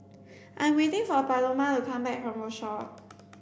I am waiting for Paloma to come back from Rochor